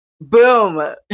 Boom